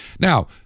Now